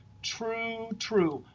true, true.